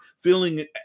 feeling